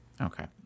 Okay